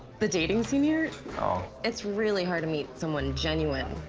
the dating scene you know it's really hard to meet someone genuine,